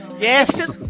Yes